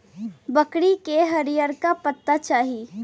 बकरी के हरिअरका पत्ते चाही